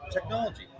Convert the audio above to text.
Technology